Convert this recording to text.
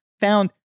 found